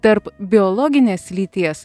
tarp biologinės lyties